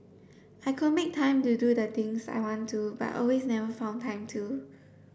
I could make time to do the things I want to but always never found time to